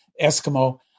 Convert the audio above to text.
Eskimo